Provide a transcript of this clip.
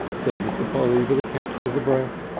said mr. polly with a catch of the breath,